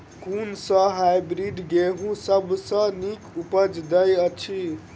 कुन सँ हायब्रिडस गेंहूँ सब सँ नीक उपज देय अछि?